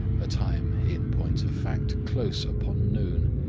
a time, in point of fact, close upon noon.